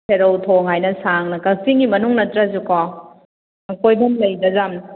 ꯁꯦꯔꯧ ꯊꯣꯡ ꯍꯥꯏꯅ ꯁꯥꯡꯅ ꯀꯛꯆꯤꯡꯒꯤ ꯃꯅꯨꯡ ꯅꯠꯇ꯭ꯔꯁꯨꯀꯣ ꯀꯣꯏꯐꯝ ꯂꯩꯗ ꯌꯥꯝꯅ